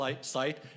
site